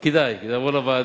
כדאי, כי זה יעבור לוועדה.